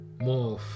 more